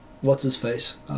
what's-his-face